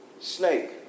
Snake